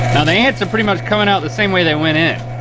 now the ants are pretty much coming out the same way they went in.